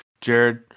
Jared